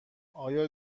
آیا